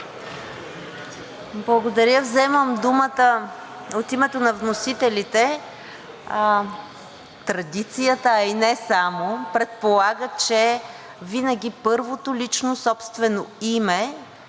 Благодаря Ви. Вземам думата от името на вносителите. Традицията, а и не само, предполага винаги първото лично собствено име